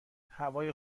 هوای